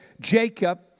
Jacob